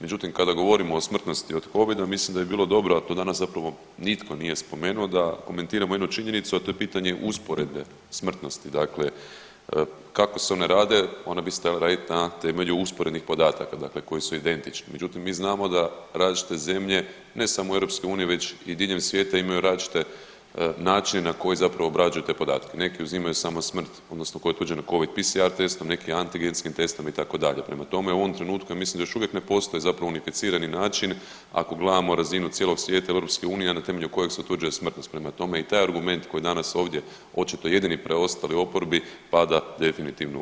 Međutim, kada govorimo o smrtnosti od covida mislim da bi bilo dobro, a to danas zapravo nitko nije spomenuo da komentiramo jednu činjenicu, a to je pitanje usporedbe smrtnosti, dakle kako se one rade, one bi se trebale radit na temelju usporednih podataka dakle koji su identični, međutim mi znamo da različite zemlje ne samo EU već i diljem svijeta imaju različite načine na koje zapravo obrađuju te podatke, neki uzimaju samo smrt odnosno … [[Govornik se ne razumije]] covid PCR testom, neki antigenskim testom itd., prema tome u ovom trenutku ja mislim da još uvijek ne postoje zapravo unificirani načini ako gledamo razinu cijelog svijeta ili EU, a na temelju kojeg se utvrđuje smrtnost, prema tome i taj argument koji je danas ovdje očito jedini preostao oporbi pada definitivno u vodu.